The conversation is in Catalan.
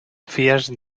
fies